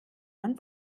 man